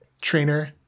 trainer